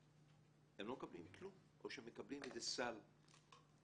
הם לא מקבלים כלום או שמקבלים איזה סל לילד.